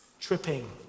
tripping